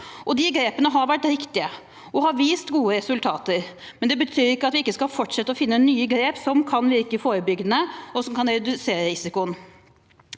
De grepene har vært riktige og har vist gode resultater, men det betyr ikke at vi ikke skal fortsette å finne nye grep som kan virke forebyggende, og som kan redusere risikoen.